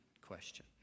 question